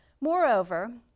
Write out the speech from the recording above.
Moreover